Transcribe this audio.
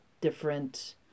different